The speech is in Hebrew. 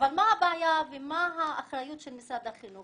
אבל מה הבעיה ומה האחריות של משרד החינוך?